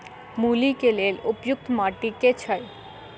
मूली केँ लेल उपयुक्त माटि केँ छैय?